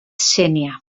sénia